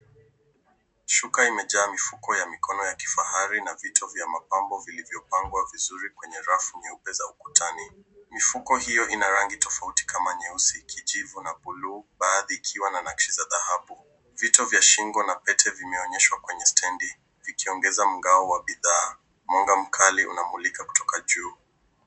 Shuka imejaa mifuko ya kifahari na vito vya mapambo vilivyopangwa vizuri kwenye rafu nyeupe za ukutani. Mifuko hiyo ina rangi tofauti kama nyeusi, kijivu na buluu baadhi ikiwa na naksi za dhahabu. Vito vya shingo na pete vimeonyeshwa kwenye stendi vikiongeza mngao wa bidhaa. Mwanga mkali unamulika kutoka juu.